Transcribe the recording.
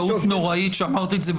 והפריסה.